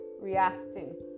reacting